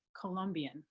colombian